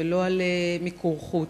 ולא על מיקור חוץ.